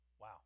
Wow